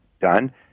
done